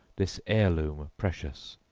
this heirloom precious,